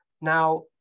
Now